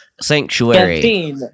sanctuary